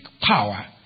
power